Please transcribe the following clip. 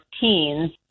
teens